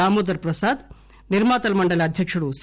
దామోదర్ ప్రసాద్ నిర్మాతల మండలి అధ్యక్షుడు సి